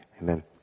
amen